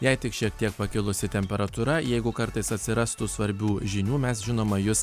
jai tik šiek tiek pakilusi temperatūra jeigu kartais atsirastų svarbių žinių mes žinoma jus